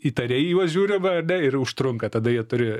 įtariai į juos žiūrima ane ir užtrunka tada jie turi